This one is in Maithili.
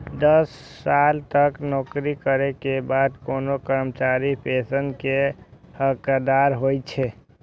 दस साल तक नौकरी करै के बाद कोनो कर्मचारी पेंशन के हकदार होइ छै